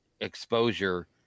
exposure